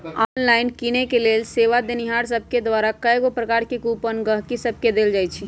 online किनेके लेल सेवा देनिहार सभके द्वारा कएगो प्रकार के कूपन गहकि सभके देल जाइ छइ